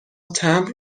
تمبر